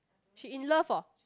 she in love orh